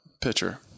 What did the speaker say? Pitcher